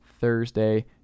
Thursday